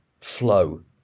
Flow